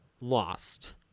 lost